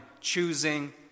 choosing